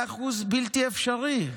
זה שיעור בלתי אפשרי.